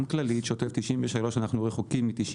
גם כללית, שוטף- -- אנחנו רחוקים מ-90.